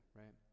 right